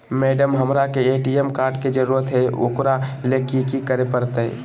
Madam, हमरा के ATM card के जरूरत है ऊकरा ले की की करे परते?